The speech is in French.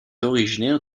originaire